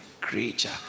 creature